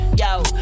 Yo